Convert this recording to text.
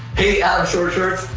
hey ah adamshortshorts,